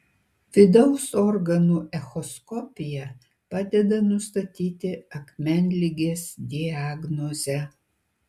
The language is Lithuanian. vidaus organų echoskopija padeda nustatyti akmenligės diagnozę